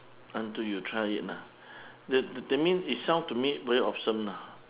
until you try it ah that that mean it sound to me very awesome lah